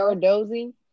Dozy